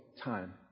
time